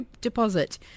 deposit